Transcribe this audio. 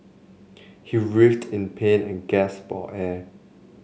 he writhed in pain and gasped for air